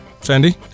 Sandy